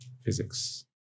physics